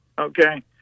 Okay